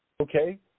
Okay